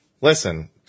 Listen